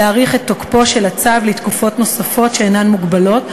להאריך את תוקפו של הצו לתקופות נוספות שאינן מוגבלות,